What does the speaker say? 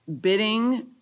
bidding